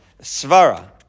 Svara